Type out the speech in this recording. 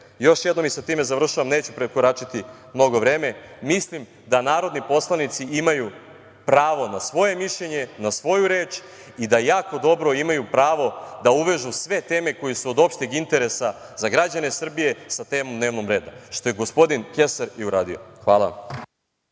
jednom i završavam, neću prekoračiti mnogo vreme, mislim da narodni poslanici imaju pravo na svoje mišljenje, na svoju reč i da jako dobro imaju pravo da uvežu sve teme koje su od opšteg interesa za građane Srbije sa temom dnevnog reda, što je gospodin Kesar i uradio. Hvala